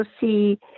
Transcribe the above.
see